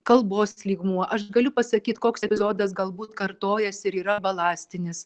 kalbos lygmuo aš galiu pasakyt koks epizodas galbūt kartojasi ir yra balastinis